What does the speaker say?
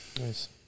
Nice